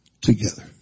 together